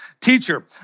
teacher